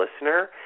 listener